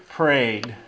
prayed